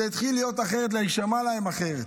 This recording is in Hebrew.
זה התחיל להיות אחרת, להישמע להם אחרת.